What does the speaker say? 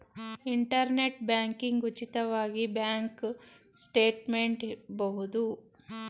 internet banking ಉಚಿತವಾಗಿ bank statement ಬಹುದು